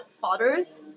fathers